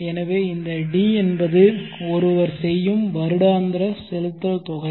எனவே இந்த D என்பது ஒருவர் செய்யும் வருடாந்திர செலுத்தல் தொகை